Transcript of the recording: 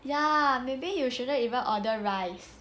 ya maybe you shouldn't even order rice